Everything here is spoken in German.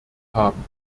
haben